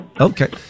Okay